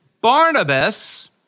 Barnabas